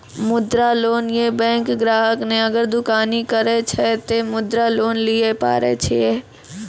मुद्रा लोन ये बैंक ग्राहक ने अगर दुकानी करे छै ते मुद्रा लोन लिए पारे छेयै?